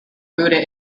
buddha